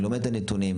אני לומד את הנתונים,